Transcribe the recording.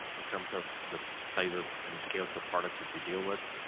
in terms of the sizes and scales of products that you deal with?